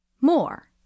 More